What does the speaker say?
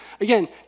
Again